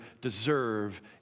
deserve